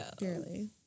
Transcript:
barely